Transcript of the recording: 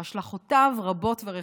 והשלכותיו רבות ורחבות.